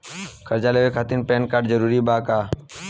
कर्जा लेवे खातिर पैन कार्ड जरूरी बा?